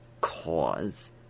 cause